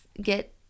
get